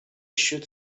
should